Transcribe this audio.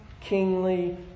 kingly